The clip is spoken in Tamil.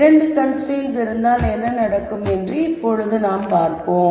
இரண்டு கன்ஸ்ரைன்ட்ஸ் இருந்தால் என்ன நடக்கும் என்று இப்பொழுது பார்க்கலாம்